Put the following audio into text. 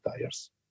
tires